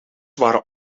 waren